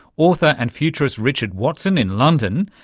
author and futurist richard watson in london,